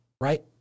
right